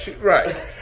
right